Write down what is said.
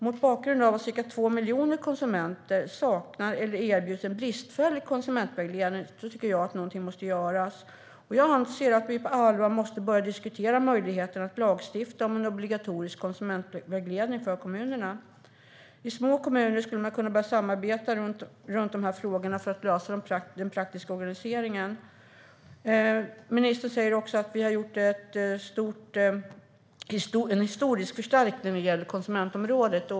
Mot bakgrund av att ca 2 miljoner konsumenter saknar, eller erbjuds en bristfällig, konsumentvägledning tycker jag att någonting måste göras. Jag anser att vi på allvar måste börja diskutera möjligheten att lagstifta om obligatorisk konsumentvägledning för kommunerna. I små kommuner skulle man kunna börja samarbeta runt de här frågorna för att lösa den praktiska organiseringen. Ministern säger också att regeringen har gjort en historisk förstärkning när det gäller konsumentområdet.